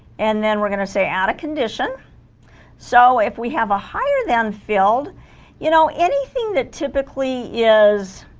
and then we're gonna say out of condition so if we have a higher than filled you know anything that typically is